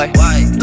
white